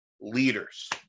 leaders